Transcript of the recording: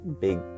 big